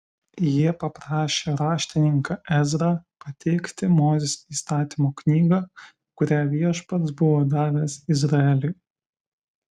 jie paprašė raštininką ezrą pateikti mozės įstatymo knygą kurią viešpats buvo davęs izraeliui